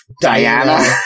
Diana